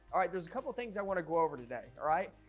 right there's a couple things i want to go over today. all right,